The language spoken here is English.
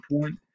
point